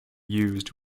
used